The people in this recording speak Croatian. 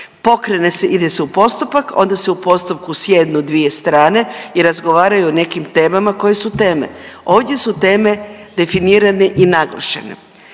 Pokrene se, ide se u postupak, ona se u postupku sjednu dvije strane i razgovaraju o nekim temama koje su teme. Ovdje su teme definirane i naglašene.